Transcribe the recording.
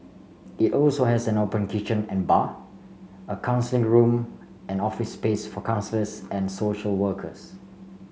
it also has an open kitchen and bar a counselling room and office space for counsellors and social workers